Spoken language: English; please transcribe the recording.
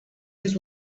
this